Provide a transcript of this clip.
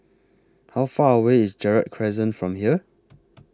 How Far away IS Gerald Crescent from here